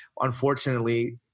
unfortunately